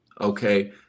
okay